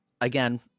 Again